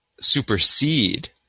supersede